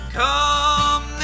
come